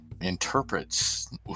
interprets